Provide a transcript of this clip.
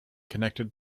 connected